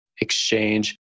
exchange